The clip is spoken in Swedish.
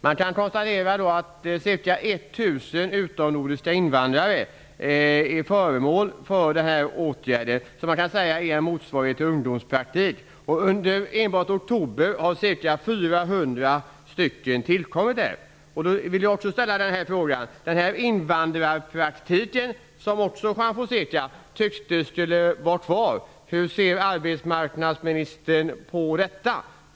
Man kan konstatera att ca 1 000 utomnordiska invandrare är föremål för denna åtgärd som kan sägas vara en motsvarighet till ungdomspraktik. Under enbart oktober har ca 400 praktikplatser tillkommit. Då vill jag ställa en fråga. Också Juan Fonseca tyckte att invandrarpraktiken skulle vara kvar. Hur ser arbetsmarknadsministern på detta?